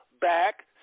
back